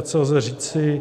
Ve zkratce lze říci,